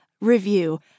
review